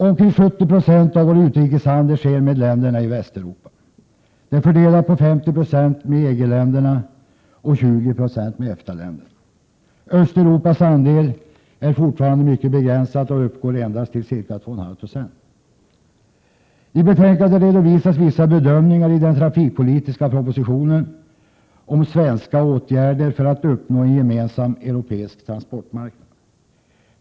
Omkring 70 96 av vår utrikeshandel sker med länderna i Västeuropa, fördelat på 50 26 med EG-länderna och 20 96 med EFTA länderna. Östeuropas andel är fortfarande mycket begränsad och uppgår endast till ca 2,5 26. I betänkandet redovisas vissa bedömningar i den trafikpolitiska propositionen om svenska åtgärder för att uppnå en gemensam europeisk transportmarknad.